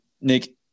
Nick